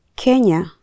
Kenya